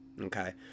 Okay